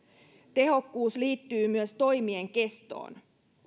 tehokkuus liittyy myös toimien kestoon